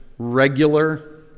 Regular